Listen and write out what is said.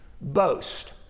boast